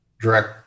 direct